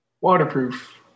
waterproof